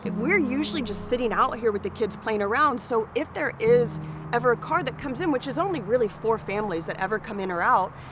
we're usually just sitting out here with the kids playing around. so if there is ever a car that comes in, which is only really four families that ever come in or out,